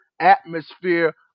atmosphere